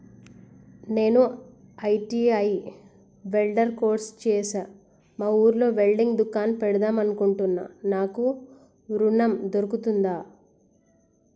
నేను ITI welder course చేశ్న మా ఊర్లో వెల్డింగ్ దుకాన్ పెడదాం అనుకుంటున్నా నాకు ఋణం దొర్కుతదా?